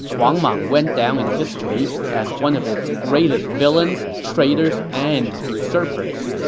wang mang went down in history as one of its greatest villains, traitors, and usurpers.